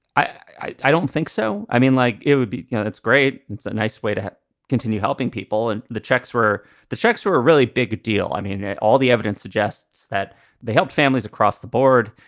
i i don't think so. i mean, like it would be, you know, it's great. it's a nice way to continue helping people. and the checks were the checks were a really big deal. i mean, all the evidence suggests that they helped families across the board.